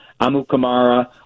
Amukamara –